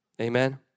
Amen